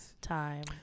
time